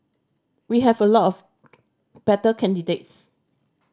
we have a lot of better candidates